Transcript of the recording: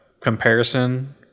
comparison